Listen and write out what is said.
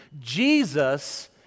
Jesus